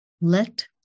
let